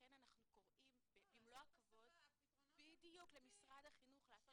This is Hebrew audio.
לכן אנחנו קוראים למשרד החינוך --- לעשות הסבה.